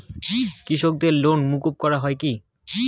কৃষকদের লোন মুকুব করা হয় কি?